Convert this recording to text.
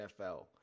NFL